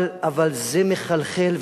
אבל זה מחלחל.